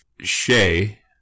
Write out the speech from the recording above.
Shay